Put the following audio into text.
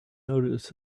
noticed